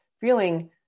feeling